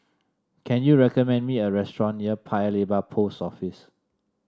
can you recommend me a restaurant near Paya Lebar Post Office